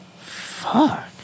Fuck